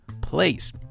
place